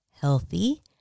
healthy